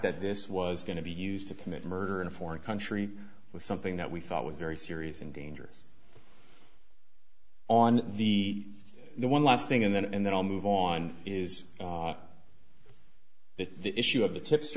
that this was going to be used to commit murder in a foreign country was something that we thought was very serious and dangerous on the one last thing and then and then i'll move on is that the issue of the tips